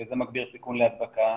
וזה מגביר סיכון להדבקה.